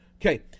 okay